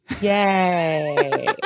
Yay